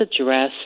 address